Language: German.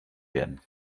werden